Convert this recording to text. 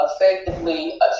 effectively